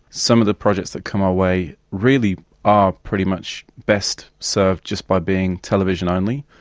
some of the projects that come our way really are pretty much best served just by being television only.